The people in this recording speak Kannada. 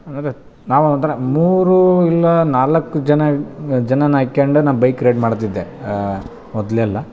ಅದೆ ನಾವು ಒಂಥರ ಮೂರು ಇಲ್ಲ ನಾಲ್ಕು ಜನ ಜನನ್ನ ಹಾಕ್ಯಂಡು ನಾನು ಬೈಕ್ ರೈಡ್ ಮಾಡುತ್ತಿದ್ದೆ ಮೊದಲೆಲ್ಲ